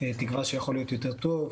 תקווה שיכול להיות יותר טוב,